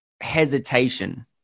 hesitation